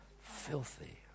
filthy